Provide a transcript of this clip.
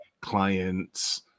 clients